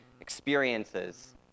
experiences